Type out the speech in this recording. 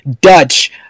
Dutch